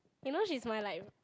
you know she's my like